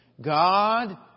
God